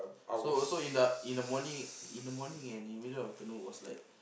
so so in the in the morning in the morning and in the middle of the afternoon was like